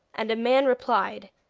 and a man replied,